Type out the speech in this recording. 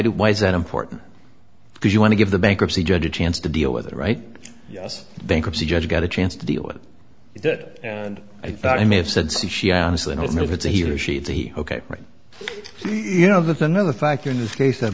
do why is that important because you want to give the bankruptcy judge a chance to deal with it right yes bankruptcy judge got a chance to deal with it and i thought i may have said see she honestly i don't know if it's a he or she is he ok right you know that the another factor in this case that